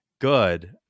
good